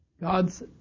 God's